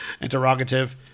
Interrogative